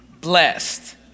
blessed